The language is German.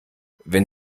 wenn